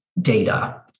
data